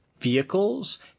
Vehicles